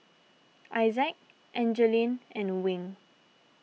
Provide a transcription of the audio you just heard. Isaak Angeline and Wing